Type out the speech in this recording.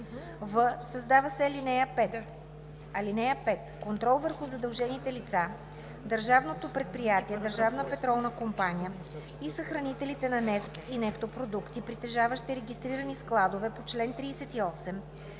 в) създава се ал. 5: „(5) Контрол върху задължените лица, Държавното предприятие „Държавна петролна компания“ и съхранителите на нефт и нефтопродукти, притежаващи регистрирани складове по чл. 38,